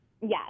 yes